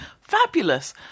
Fabulous